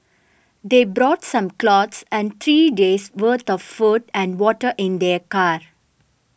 they brought some clothes and three days' worth of food and water in their car